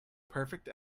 perfect